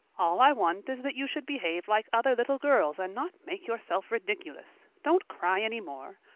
all i want is that you should behave like other little girls and not make yourself ridiculous. don't cry any more.